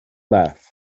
laugh